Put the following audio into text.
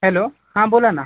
hello हां बोला ना